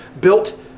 built